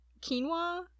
quinoa